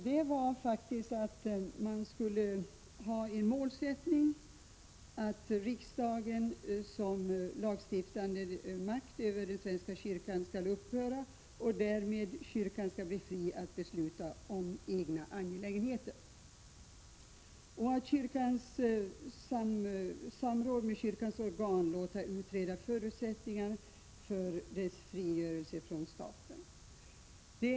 Beslutet innebär att man skall ha som målsättning att riksdagens lagstiftningsmakt över den svenska kyrkan skall upphöra, att kyrkan därmed skall bli fri att besluta om egna angelägenheter och att man i samråd med kyrkans organ skall låta utreda förutsättningarna för svenska kyrkans frigörelse från staten.